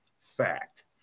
Fact